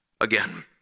again